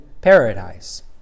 paradise